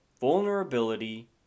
Vulnerability